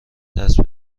دست